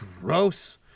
Gross